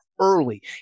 early